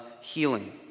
healing